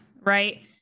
right